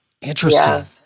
interesting